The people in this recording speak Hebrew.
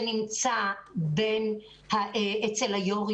זה נמצא אצל יושבי הראש,